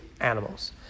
animals